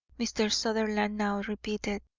mr. sutherland now repeated.